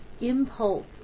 impulse